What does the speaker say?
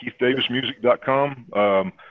keithdavismusic.com